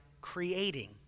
creating